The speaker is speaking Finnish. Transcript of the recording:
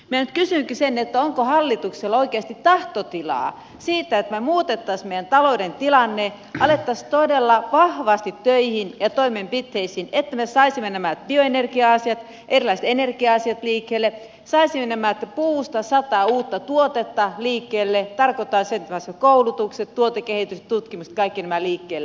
minä nyt kysynkin onko hallituksella oikeasti tahtotilaa siihen että muutettaisiin meidän talouden tilanne alettaisiin todella vahvasti töihin ja toimenpiteisiin että me saisimme nämä bioenergia asiat erilaiset energia asiat liikkeelle saisimme puusta sata uutta tuotetta liikkeelle että me saisimme koulutukset tuotekehityksen tutkimukset kaikki nämä liikkeelle